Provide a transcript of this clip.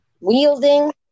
Wielding